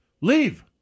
leave